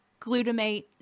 glutamate